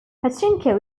pachinko